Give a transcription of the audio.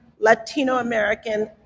latino-american